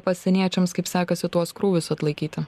pasieniečiams kaip sekasi tuos krūvius atlaikyti